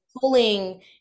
pulling